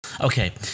Okay